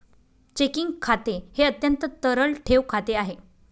checking खाते हे अत्यंत तरल ठेव खाते आहे